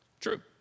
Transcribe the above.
True